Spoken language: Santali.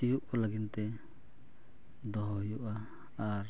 ᱥᱤᱭᱳᱜ ᱠᱚ ᱞᱟᱹᱜᱤᱫᱼᱛᱮ ᱫᱚᱦᱚ ᱦᱩᱭᱩᱜᱼᱟ ᱟᱨ